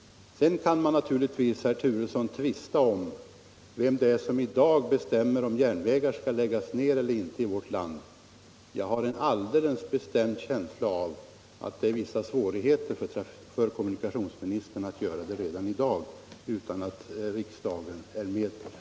Sedan kan man naturligtvis, herr Turesson, tvista om vem som i dag bestämmer om huruvida järnvägar skall läggas ned i vårt land. Jag har en alldeles bestämd känsla av att det är vissa svårigheter för kommunikationsministern att bestämma detta utan att riksdagen är med på det.